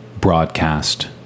broadcast